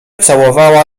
całowała